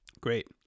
great